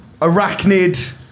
arachnid